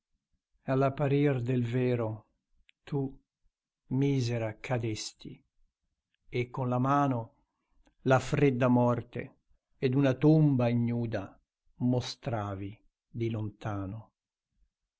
genti all'apparir del vero tu misera cadesti e con la mano la fredda morte ed una tomba ignuda mostravi di lontano